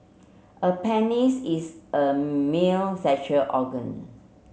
a penis is a male sexual organ